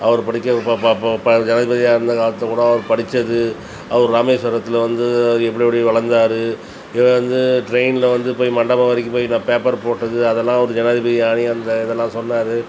அவர் படிக்க ப ப ப ப அவர் ஜனாதிபதியாக இருந்த காலத்தில் கூடம் அவர் படிச்சது அவர் ராமேஸ்வரத்தில் வந்து அவர் எப்படி எப்படி வளர்ந்தாரு இவர் வந்து ட்ரெய்னில் வந்து போய் மண்டபம் வரைக்கும் போய் ப பேப்பர் போட்டது அதெலாம் அவர் ஜனாதிபதியாயி அந்த இதெலாம் சொன்னார்